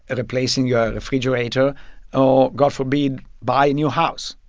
ah replacing your refrigerator or, god forbid, buy a new house.